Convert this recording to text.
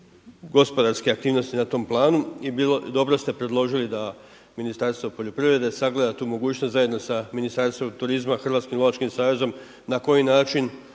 gospodarske aktivnosti na tom planu. I dobro ste predložili da Ministarstvo poljoprivrede sagleda tu mogućnost zajedno sa Ministarstvom turizma, Hrvatskim lovačkim savezom na koji način